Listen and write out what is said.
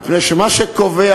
מפני שמה שקובע,